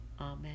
Amen